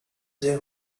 sehr